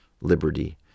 Liberty